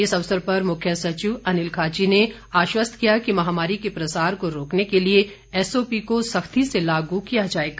इस अवसर पर मुख्य सचिव अनिल खाची ने आश्वस्त किया कि महामारी के प्रसार को रोकने के लिए एसओपी को सख्ती से लागू किया जाएगा